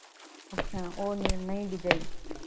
अच्छा और नई नई डिजाइन